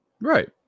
Right